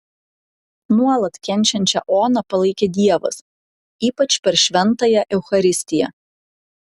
nuolat kenčiančią oną palaikė dievas ypač per šventąją eucharistiją